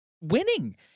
Winning